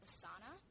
Asana